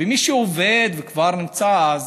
ומי שעובד וכבר נמצא, אז